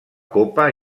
copa